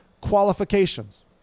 qualifications